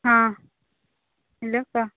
ହଁ ହେଲୋ କୁହ